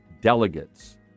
delegates